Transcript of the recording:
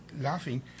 laughing